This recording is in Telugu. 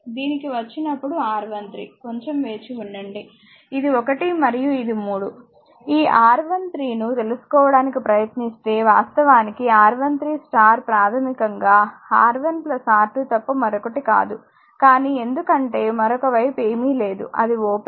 దీనికి వచ్చినప్పుడు R13కొంచెం వేచివుండండి ఇది 1 మరియు ఇది 3 ఈ R13 ను తెలుసుకోవడానికి ప్రయత్నిస్తే వాస్తవానికి R13స్టార్ ప్రాథమికంగా R1 R2 తప్ప మరొకటి కాదు కానీ ఎందుకంటే మరొక వైపు ఏమీ లేదు అది ఓపెన్